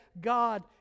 God